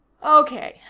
okay,